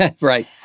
Right